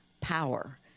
power